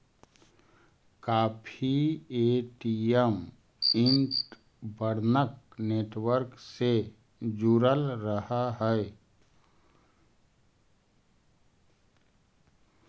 काफी ATM interbank network से जुड़ल रहऽ हई